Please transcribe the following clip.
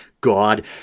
God